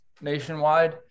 nationwide